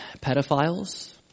pedophiles